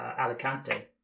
Alicante